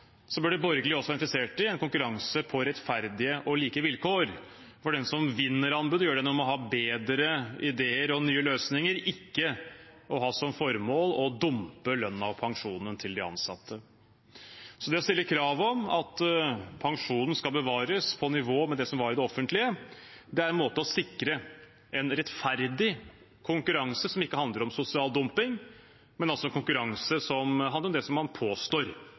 også være interessert i en konkurranse på rettferdige og like vilkår, for den som vinner anbudet, gjør det når man har bedre ideer og nye løsninger, og ikke har som formål å dumpe lønnen og pensjonen til de ansatte. Det å stille krav om at pensjonen skal bevares på samme nivå som i det offentlige, er en måte å sikre en rettferdig konkurranse på – som ikke handler om sosial dumping, men som handler om det man påstår